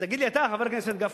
תגיד לי אתה, חבר הכנסת גפני,